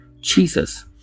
Jesus